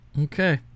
Okay